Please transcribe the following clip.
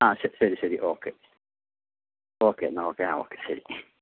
ആ ശരി ശരി ഓക്കെ ഓക്കെ എന്നാൽ ഓക്കെ ആ ഓക്കെ ശരി